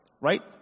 right